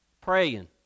praying